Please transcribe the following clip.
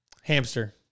hamster